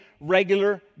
regular